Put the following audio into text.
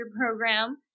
program